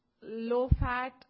low-fat